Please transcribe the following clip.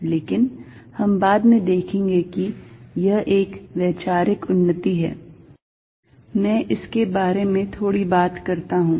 लेकिन हम बाद में देखेंगे कि यह एक वैचारिक उन्नति है मैं इसके बारे में थोड़ी बात करता हूं